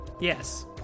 Yes